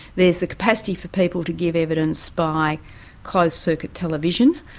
there's the capacity for people to give evidence by closed-circuit television,